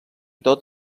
tot